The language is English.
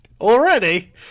Already